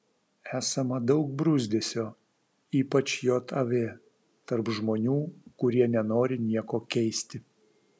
esama daug bruzdesio ypač jav tarp žmonių kurie nenori nieko keisti